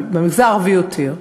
אבל במגזר הערבי יותר.